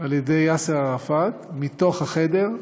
על ידי יאסר ערפאת מתוך החדר,